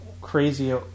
crazy